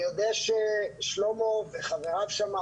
אני יודע ששלמה וחבריו שם,